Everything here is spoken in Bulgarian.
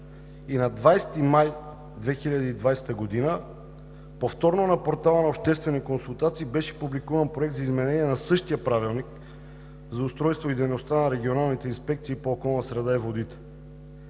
и на 20 май 2020 г. повторно на портала на Обществени консултации беше публикуван Проект за изменение на същия Правилник за устройството и дейността на регионалните инспекции по околна среда и водите.